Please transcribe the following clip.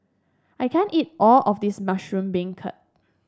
I can't eat all of this Mushroom Beancurd